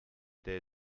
tee